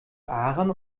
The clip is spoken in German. aaron